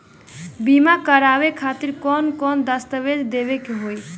बीमा करवाए खातिर कौन कौन दस्तावेज़ देवे के होई?